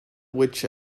which